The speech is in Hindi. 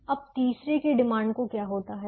अब तीसरे की डिमांड को क्या होता है